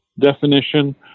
definition